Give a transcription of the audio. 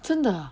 真的啊